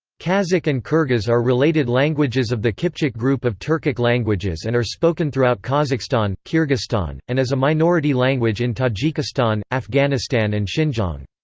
kazakh and kyrgyz are related languages of the kypchak group of turkic languages and are spoken throughout kazakhstan, kyrgyzstan, and as a minority language in tajikistan, afghanistan and xinjiang.